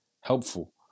helpful